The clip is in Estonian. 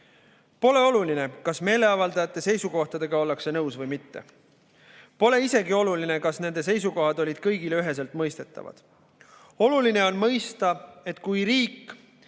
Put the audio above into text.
Pole oluline, kas meeleavaldajate seisukohtadega ollakse nõus või mitte. Pole oluline isegi see, kas nende seisukohad olid kõigile üheselt mõistetavad. Oluline on mõista, et kui riik